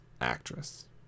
actress